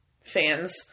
fans